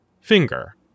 finger